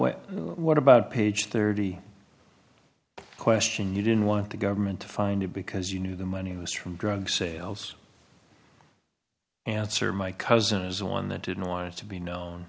well what about page thirty question you didn't want the government to find you because you knew the money was from drug sales answer my cousin is the one that didn't want to be no